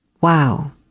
Wow